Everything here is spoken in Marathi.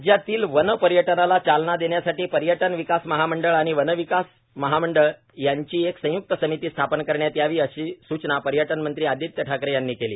राज्यातील वन पर्यटनाला चालना देण्यासाठी पर्यटन विकास महामंडळ आणि वन विकास महामंडळ यांची एक संयुक्त समिती स्थापन करण्यात यावी अशी सूचना पर्यटनमंत्री आदित्य ठाकरे यांनी केली